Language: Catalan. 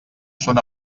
són